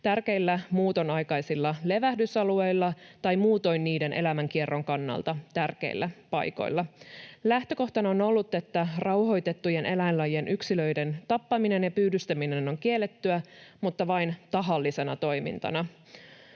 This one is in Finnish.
tärkeillä muutonaikaisilla levähdysalueilla tai muutoin niiden elämänkierron kannalta tärkeillä paikoilla. Lähtökohtana on ollut, että rauhoitettujen eläinlajien yksilöiden tappaminen ja pyydystäminen on kiellettyä, mutta vain tahallisena toimintana.